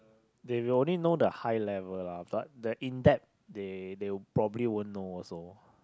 they will only know the high level lah but the in depth they they probably won't know also